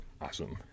Awesome